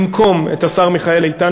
במקום את השר מיכאל איתן,